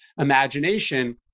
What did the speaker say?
imagination